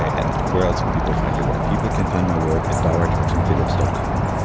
and where else can people find your work? people can find my work at dawatarchinphillips dot com,